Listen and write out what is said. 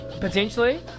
Potentially